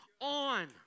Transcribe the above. On